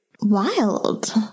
Wild